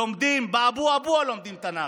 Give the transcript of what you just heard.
לומדים באבו-אבוה לומדים תנ"ך.